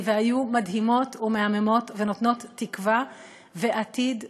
והיו מדהימות ומהממות ונותנות תקווה ועתיד לכולנו.